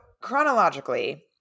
chronologically